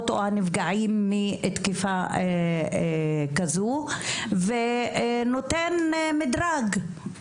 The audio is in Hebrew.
או הנפגעים מתקיפה כזו ונותן מדרג.